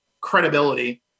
credibility